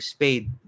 Spade